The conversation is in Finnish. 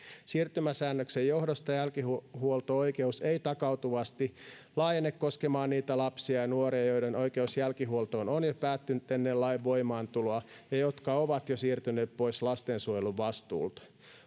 siirtymäsäännöksen johdosta jälkihuolto oikeus ei takautuvasti laajene koskemaan niitä lapsia ja nuoria joiden oikeus jälkihuoltoon on jo päättynyt ennen lain voimaantuloa ja jotka ovat jo siirtyneet pois lastensuojelun vastuulta